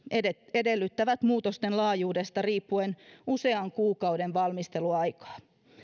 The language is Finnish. edellyttävät muutosten laajuudesta riippuen usean kuukauden valmisteluaikaa